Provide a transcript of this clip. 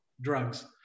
drugs